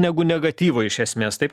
negu negatyvo iš esmės taip